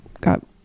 got